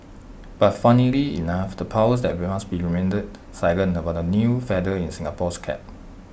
but funnily enough the powers that be remained silent about the new feather in Singapore's cap